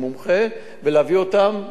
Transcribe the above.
ולהביא אותם מטעמם.